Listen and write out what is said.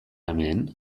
hemen